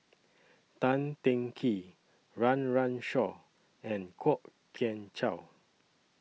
Tan Teng Kee Run Run Shaw and Kwok Kian Chow